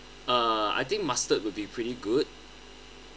uh I think mustard would be pretty good